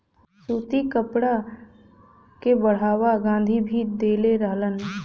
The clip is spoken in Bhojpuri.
सूती कपड़ा के बढ़ावा गाँधी भी देले रहलन